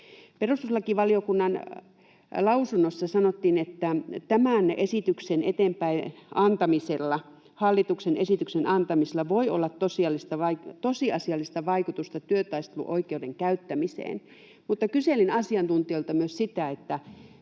Perustuslakivaliokunnan lausunnossa sanottiin, että tämän hallituksen esityksen eteenpäin antamisella voi olla tosiasiallista vaikutusta työtaisteluoikeuden käyttämiseen, mutta kyselin asiantuntijoilta myös sitä,